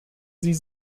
sie